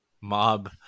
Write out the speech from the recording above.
mob